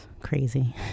crazy